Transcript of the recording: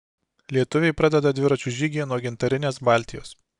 lietuviai pradeda dviračių žygį nuo gintarinės baltijos